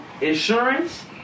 insurance